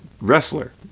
wrestler